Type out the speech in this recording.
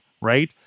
right